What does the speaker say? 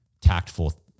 tactful